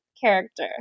character